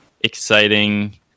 exciting